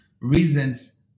reasons